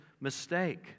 mistake